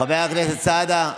חבר הכנסת סעדה,